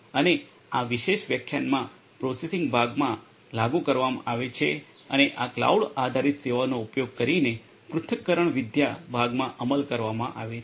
અને આ વિશેષ વ્યાખ્યાનમાં પ્રોસેસિંગ ભાગમાં લાગુ કરવામાં આવે છે અને આ ક્લાઉડ આધારિત સેવાઓનો ઉપયોગ કરીને પૃથક્કરણવિદ્યા ભાગમાં અમલ કરવામાં આવે છે